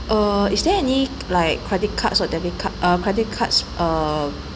uh is there any like credit cards or debit card uh credit cards uh